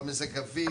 לא בגלל מזג האוויר,